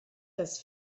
das